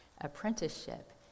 Apprenticeship